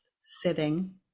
sitting